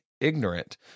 ignorant